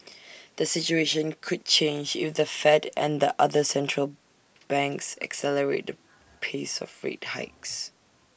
the situation could change if the fed and other central banks accelerate the pace of rate hikes